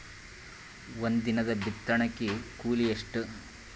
ಒಂದಿನದ ಬಿತ್ತಣಕಿ ಕೂಲಿ ಎಷ್ಟ?